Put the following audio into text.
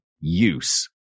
use